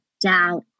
doubt